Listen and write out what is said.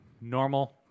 Normal